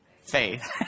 faith